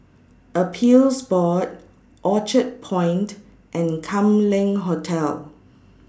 Appeals Board Orchard Point and Kam Leng Hotel